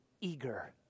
eager